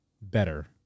better